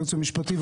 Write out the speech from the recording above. הייעוץ המשפטי,